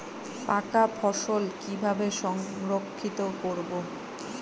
পাকা ফসল কিভাবে সংরক্ষিত করব?